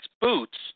boots